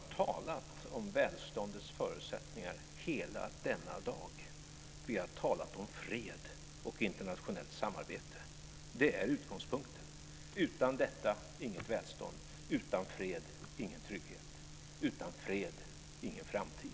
Herr talman! Vi har talat om välståndets förutsättningar hela denna dag. Vi har talat om fred och internationellt samarbete. Det är utgångspunkten. Utan detta, inget välstånd. Utan fred, ingen trygghet. Utan fred, ingen framtid.